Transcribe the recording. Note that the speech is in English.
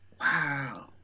Wow